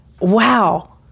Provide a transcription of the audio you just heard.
wow